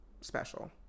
special